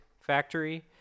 Factory